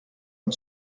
ein